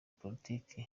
politike